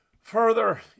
Further